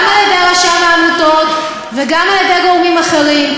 גם על-ידי רשם העמותות וגם על-ידי גורמים אחרים.